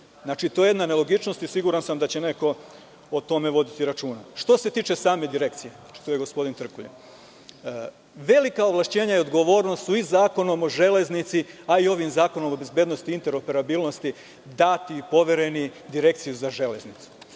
Znači, to je jedna nelogičnost i sigurna sam da će neko o tome voditi računa. Što se tiče same direkcije što je gospodin Trkulja. Velika ovlašćenja i odgovornost su i Zakonom o železnici a i ovim zakonom o bezbednosti interoperabilnosti dati, povereni Direkciji za železnicu.